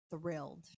thrilled